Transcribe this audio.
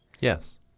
Yes